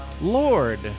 Lord